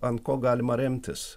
ant ko galima remtis